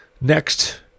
Next